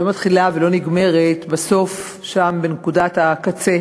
לא מתחילה ולא נגמרת בסוף שם, בנקודת הקצה